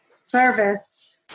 service